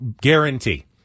guarantee